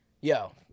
yo